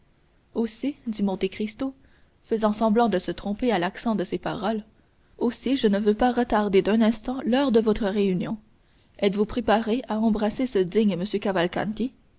aussi dit monte cristo faisant semblant de se tromper à l'accent de ces paroles aussi je ne veux pas retarder d'un instant l'heure de votre réunion êtes-vous préparé à embrasser ce digne